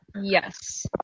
yes